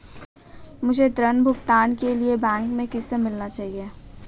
मुझे ऋण भुगतान के लिए बैंक में किससे मिलना चाहिए?